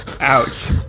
ouch